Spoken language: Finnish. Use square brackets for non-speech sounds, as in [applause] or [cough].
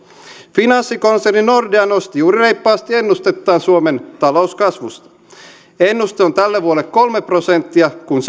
finanssikonserni nordea nosti juuri reippaasti ennustettaan suomen talouskasvusta ennuste on tälle vuodelle kolme prosenttia kun [unintelligible]